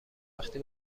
وقتی